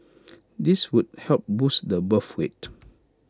this would help boost the birth rate